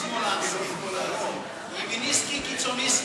ימיניסקי קיצוניסקי.